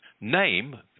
name